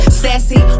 sassy